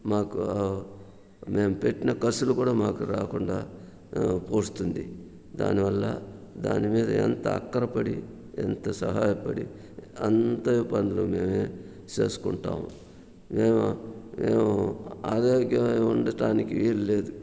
మాకు మేం పెట్టిన కసువులు కూడా మాకు రాకుండా పూస్తుంది దానివల్ల దానిమీద ఎంత అక్కరపడి ఎంత సహాయపడి అంత పనులే మేమే చేసుకుంటాము మేము మేము అధైర్య ఉండడానికి వీలులేదు